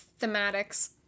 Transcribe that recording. thematics